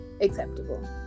acceptable